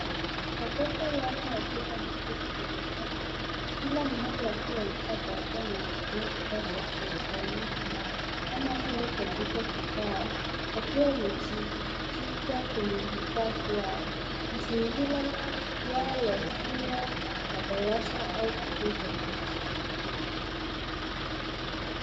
Watoto wanne wakiwa wameketi kwenye meza, kila mmoja akiwa amevaa barakoa na anatumia kifaa cha kielektroniki kama vile kompyuta kibao wakiwa wamejikita kwenye vifaa vyao. Mazingira yao yakiwa ya darasa au kituo cha kujifunzia.